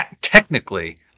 technically